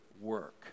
work